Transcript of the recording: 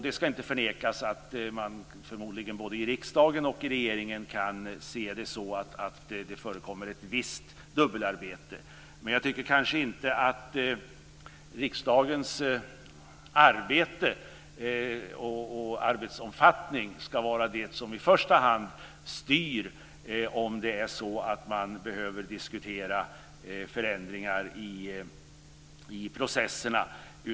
Det ska inte förnekas att man förmodligen både i riksdagen och i regeringen kan se det som att det förekommer ett visst dubbelarbete, men jag tycker kanske inte att riksdagens arbete och arbetsomfattning ska vara det som i första hand styr om man behöver diskutera förändringar i processerna.